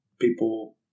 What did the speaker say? People